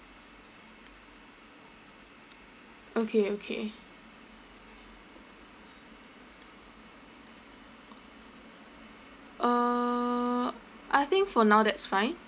okay okay uh I think for now that's fine